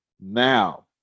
Now